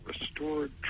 Restored